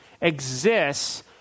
exists